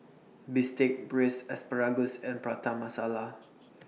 Bistake Braised Asparagus and Prata Masala